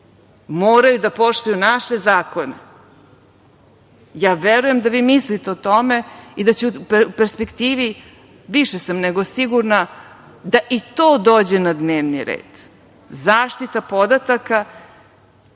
moraju da poštuju naše zakone. Ja verujem da vi mislite o tome i da će u perspektivi, više sam nego sigurna, da i to dođe na dnevni red – zaštita podataka,